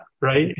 right